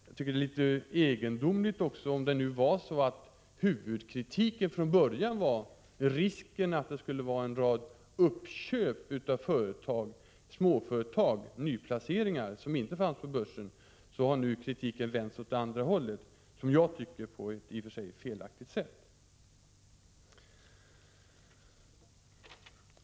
Jag tycker det är litet egendomligt att kritiken, som från början gällde att det fanns risk för en rad uppköp av småföretag och nyplaceringar i företag som inte var börsnoterade, nu har vänts åt andra hållet på ett enligt min mening felaktigt sätt.